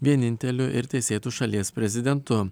vieninteliu ir teisėtu šalies prezidentu